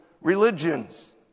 religions